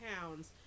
pounds